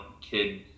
kid